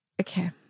okay